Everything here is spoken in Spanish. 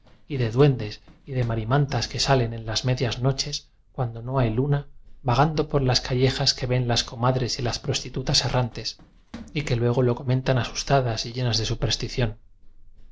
y de duendes y de marimantas que salen en las medias noches cuando no hay luna vagando por las callejas que ven las comadres y las prostitutas errantes y que luego lo comentan asustadas y llenas de superstición